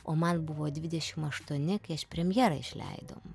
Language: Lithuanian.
o man buvo dvidešim aštuoni kai aš premjerą išleidau